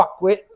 fuckwit